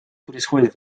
происходит